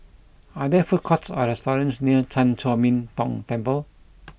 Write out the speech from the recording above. are there food courts or restaurants near Chan Chor Min Tong Temple